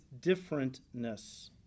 differentness